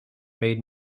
made